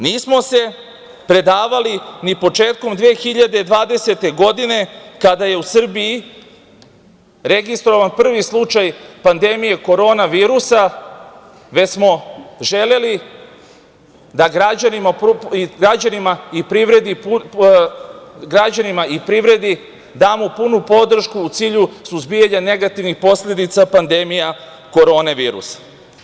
Nismo se predavali ni početkom 2020. godine, kada je u Srbiji registrovan prvi slučaj pandemije Korona virusa, već smo želeli da građanima i privredi damo punu podršku u cilju suzbijanja negativnih posledica pandemije korona virusa.